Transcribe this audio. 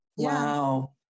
Wow